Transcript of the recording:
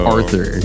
Arthur